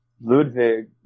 Ludwig